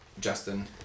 Justin